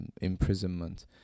imprisonment